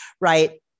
right